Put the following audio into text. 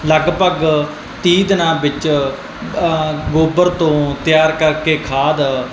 ਲਗਭਗ ਤੀਹ ਦਿਨਾਂ ਵਿੱਚ ਗੋਬਰ ਤੋਂ ਤਿਆਰ ਕਰਕੇ ਖਾਦ